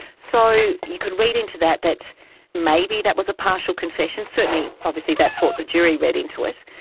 so you could read into that that maybe that was a partial confession. certainly obviously that's what the jury read into it,